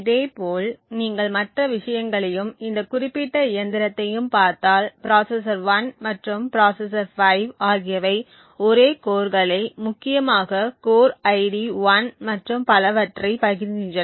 இதேபோல் நீங்கள் மற்ற விஷயங்களையும் இந்த குறிப்பிட்ட இயந்திரத்தையும் பார்த்தால் ப்ராசசர் 1 மற்றும் ப்ராசசர் 5 ஆகியவை ஒரே கோர்களை முக்கியமாக கோர் ஐடி 1 மற்றும் பலவற்றைப் பகிர்கின்றன